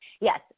Yes